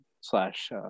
slash